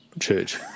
Church